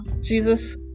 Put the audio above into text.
Jesus